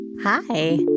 Hi